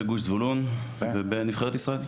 בגוש זבולון ובנבחרת ישראל.